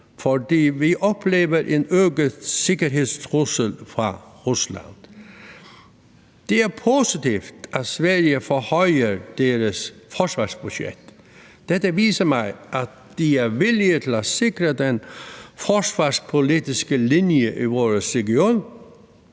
fordi vi oplever en øget sikkerhedstrussel fra Rusland. Det er positivt, at Sverige forhøjer deres forsvarsbudget. Dette viser mig, at de er villige til at sikre den forsvarspolitiske linje i vores region.